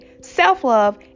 self-love